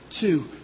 two